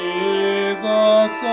Jesus